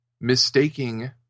mistaking